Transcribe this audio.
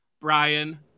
Brian